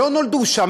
לא נולדו שם,